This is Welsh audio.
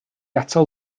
atal